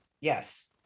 yes